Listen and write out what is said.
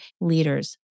leaders